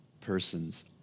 persons